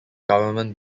government